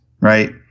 right